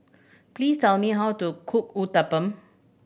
please tell me how to cook Uthapam